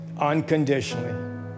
unconditionally